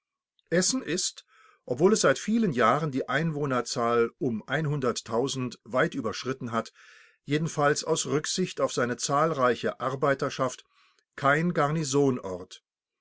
essen ist obwohl es seit vielen jahren die einwohnerzahl um weit überschritten hat jedenfalls aus rücksicht auf seine zahlreiche arbeiterschaft kein garnisonort